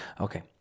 Okay